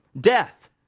death